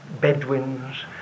Bedouins